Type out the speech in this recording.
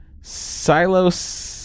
silos